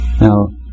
Now